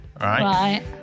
Right